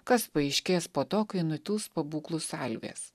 kas paaiškės po to kai nutils pabūklų salvės